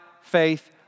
faith